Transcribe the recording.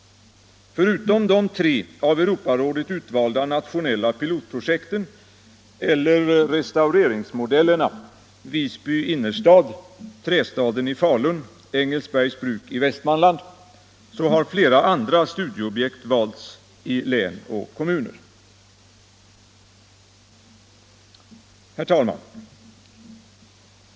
Förutom de tre av Europarådet utvalda nationella pilotprojekten eller restaureringsmodellerna — Visby innerstad, trästaden i Falun och Engelsbergs bruk i Västmanland — har flera andra studieobjekt valts ut i län och kommuner. Herr talman!